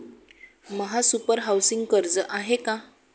महासुपर हाउसिंग कर्ज आहे का?